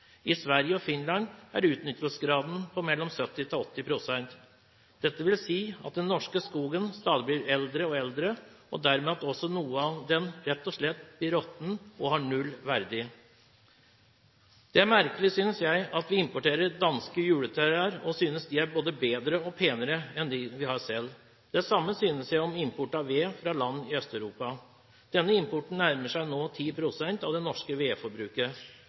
I Sverige og Finland er utnyttelsesgraden på mellom 70 og 80 pst. Det vil si at den norske skogen stadig blir eldre og eldre. Dermed blir også noe av den rett og slett råtten og får null verdi. Det er merkelig, synes jeg, at vi importerer danske juletrær og synes de er mye bedre og penere enn dem vi har selv. Det samme synes jeg om import av ved fra land i Øst-Europa. Denne importen nærmer seg nå 10 pst. av det norske